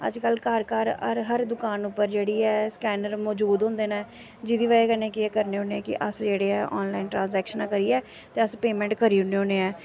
अज्जकल घार घार हर हर दुकान पर जेह्ड़ी ऐ स्कैनर मजूद होंदे न जेह्दी बजह कन्नै केह् करने होन्ने कि अस जेह्ड़ी ऐ आनलाइन ट्रांससैक्शनां करियै ते अस पेमेंट करी ओड़ने होन्ने ऐ